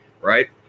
right